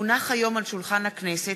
כי הונחו היום על שולחן הכנסת,